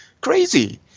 crazy